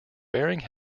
bearing